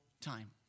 time